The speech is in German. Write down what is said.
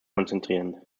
konzentrieren